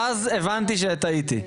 ואז הבנתי שטעיתי,